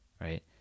right